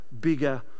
bigger